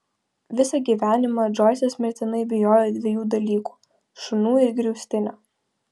visą gyvenimą džoisas mirtinai bijojo dviejų dalykų šunų ir griaustinio